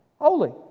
holy